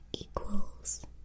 equals